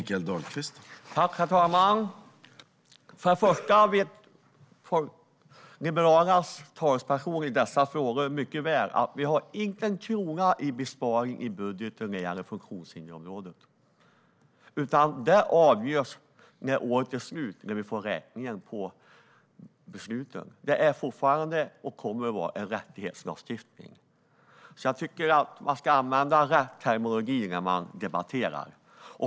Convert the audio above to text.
Herr talman! För det första vet Liberalernas talesperson i dessa frågor mycket väl att vi inte har en krona i besparing i budgeten när det gäller funktionshindersområdet, utan det avgörs när året är slut och när vi får räkningen för besluten. Det är fortfarande, och kommer att vara, en rättighetslagstiftning. Jag tycker att man ska använda rätt terminologi när man debatterar.